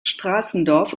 straßendorf